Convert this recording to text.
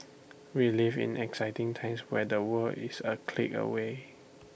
we live in exciting times where the world is A click away